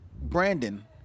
Brandon